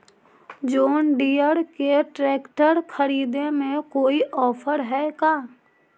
जोन Deere के tractor खरिदे में कोई औफर है का?